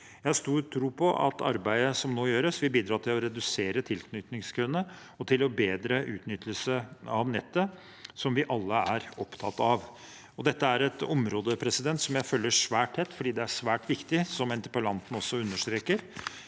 Jeg har stor tro på at arbeidet som nå gjøres, vil bidra til å redusere tilknytningskøene og bedre utnyttelsen av nettet, som vi alle er opptatt av. Dette er et område jeg følger svært tett, fordi det er svært viktig, som interpellanten også understreker.